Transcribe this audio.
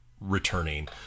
Returning